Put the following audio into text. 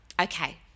okay